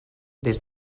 des